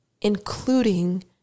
including